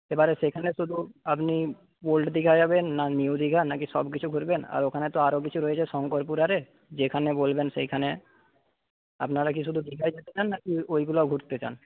এবারে সেখানে শুধু আপনি ওল্ড দীঘা যাবেন না নিউ দীঘা নাকি সব কিছু ঘুরবেন আর ওখানে তো আরও কিছু রয়েছে শঙ্করপুর আরে যেখানে বলবেন সেইখানে আপনারা কি শুধু দীঘাই যেতে চান নাকি ওইগুলোও ঘুরতে চান